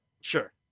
Sure